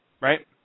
Right